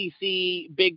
Big